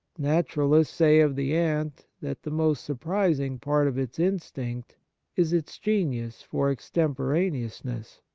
naturalists say of the ant that the most surprising part of its instinct is its genius for extemporaneous ness.